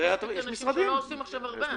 פשוט יש אנשים שלא עושים עכשיו הרבה,